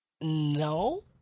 no